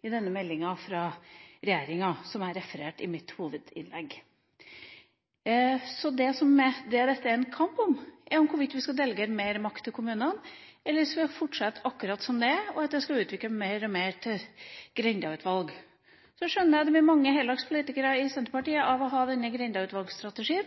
i innstillinga til meldinga fra regjeringa, som jeg refererte til i mitt hovedinnlegg. Det dette er en kamp om, er hvorvidt vi skal delegere mer makt til kommunene eller fortsette som før, slik at de utvikles mer og mer til grendautvalg. Jeg skjønner at det blir mange heldags politikere i Senterpartiet av å ha denne grendautvalgsstrategien,